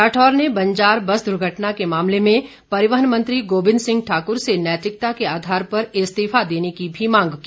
राठौर ने बंजार बस दुर्घटना के मामले में परिवहन मंत्री गोविंद सिंह ठाकुर से नैतिकता के आधार पर इस्तीफा देने की भी मांग की